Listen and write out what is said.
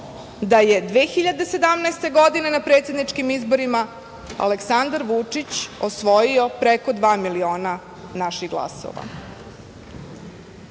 da je 2017. godine na predsedničkim izborima Aleksandar Vučić osvojio preko dva miliona naših glasova. Pokazali